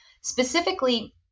Specifically